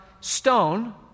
stone